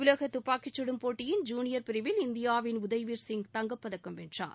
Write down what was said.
உலக துப்பாக்கிச் சுடும் போட்டியின் ஜூனியர் பிரிவில் இந்தியாவின் உதயவீர் சிங் நேற்று தங்கப்பதக்கம் வென்றார்